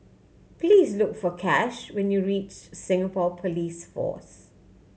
please look for Cash when you reach Singapore Police Force